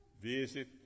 visit